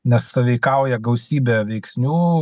nes sąveikauja gausybė veiksnių